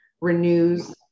Renews